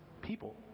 people